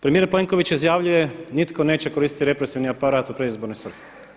Premijer Plenković izjavljuje, nitko neće koristiti represivni aparat u predizborne svrhe.